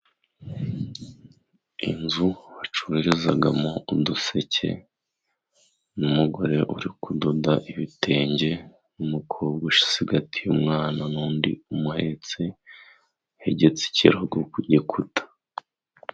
Inzu bacururizamo uduseke n'umugore uri kudoda ibitenge, umukobwa ucigatiye umwana n'undi umuhetse, hegetse ikirago ku gikuta.